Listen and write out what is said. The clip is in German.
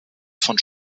von